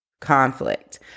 conflict